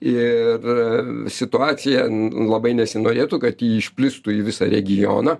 ir situacija labai nesinorėtų kad ji išplistų į visą regioną